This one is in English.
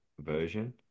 version